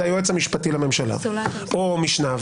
זה היועץ המשפטי לממשלה או משניו,